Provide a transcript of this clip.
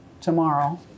tomorrow